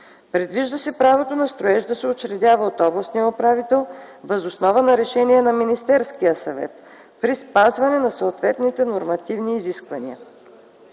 Предвижда се правото на строеж да се учредява от областния управител въз основа на решение на Министерския съвет, при спазване на съответните нормативни изисквания.